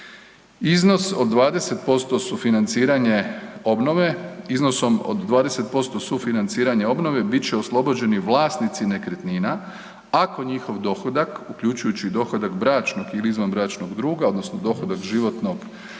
Iznosom od 20% sufinanciranje obnove bit će oslobođeni vlasnici nekretnina ako njihov dohodak, uključujući i dohodak bračnog ili izvanbračnog druga odnosno dohodak životnog